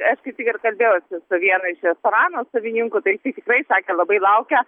aš kaip tik ir kalbėjausi su vienu iš restorano savininkų tai jisai tikrai sakė labai laukia